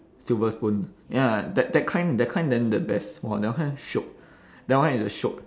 silver spoon ya that that kind that kind then the best !wah! that one shiok that one is a shiok